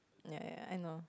ya ya I know